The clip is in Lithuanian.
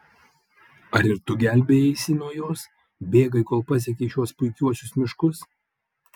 ar ir tu gelbėjaisi nuo jos bėgai kol pasiekei šiuos puikiuosius miškus